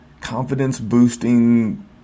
confidence-boosting